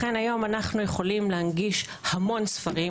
לכן היום אנחנו יכולים להנגיש המון ספרים.